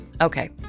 Okay